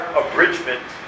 abridgment